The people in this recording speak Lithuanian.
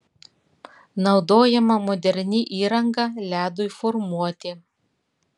naudojama moderni įranga ledui formuoti